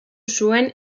zuen